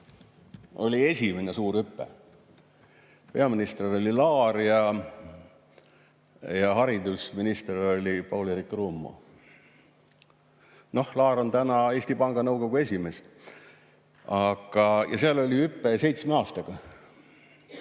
esimene suur hüpe. Peaminister oli Laar ja haridusminister oli Paul-Eerik Rummo. Noh, Laar on täna Eesti Panga Nõukogu esimees. Ja seal oli hüpe [ette nähtud]